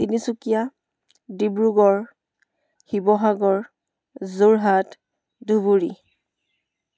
Tinsukia Dibrugarh Sivasagar Jorhat Dhubri